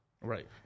Right